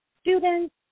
students